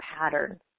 pattern